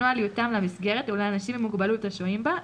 הנוהל יותאם למסגרת ולאנשים עם מוגבלות השוהים בה,